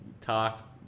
talk